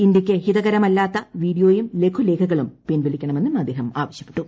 ഇന്ത്യയ്ക്ക് ഹിതകരമല്ലാത്ത വീഡിയോയും ലഘുലേഖകളും പിൻവലിക്കണമെന്നും അദ്ദേഹം ആവശ്യപ്പെട്ടു